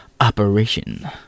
operation